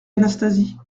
anastasie